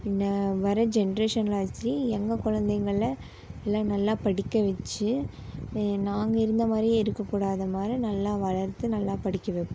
பின்னே வர்ற ஜென்ரேஷன்லயாச்சு எங்கள் குழந்தைங்கள எல்லாம் நல்லா படிக்க வச்சு நாங்கள் இருந்த மாதிரி இருக்கக்கூடாத மாதிரி நல்லா வளர்த்து நல்லா படிக்க வைப்போம்